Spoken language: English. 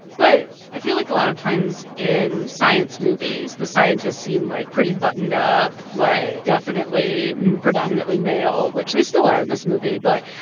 but i feel like a lot of times, in science movies, the scientists seem, like, pretty buttoned up, like, definitely predominantly male, which they still are in this movie. but,